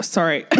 Sorry